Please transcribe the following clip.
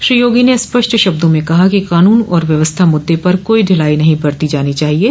श्री योगी ने स्पष्ट शब्दों में कहा कि कानून और व्यवस्था मुद्दे पर कोई ढिलाई नहीं बरती जानी चाहिये